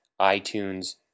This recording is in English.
iTunes